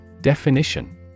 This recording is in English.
Definition